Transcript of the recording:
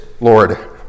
Lord